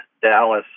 Dallas